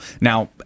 Now